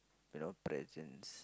you know presents